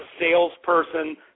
salesperson